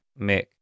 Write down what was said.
Mick